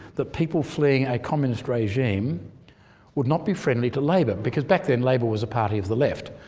that people fleeing a communist regime would not be friendly to labor because back then labor was a party of the left.